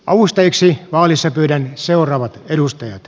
avustajiksi vaalissa pyydän seuraavat edustajat